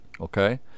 Okay